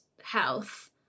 health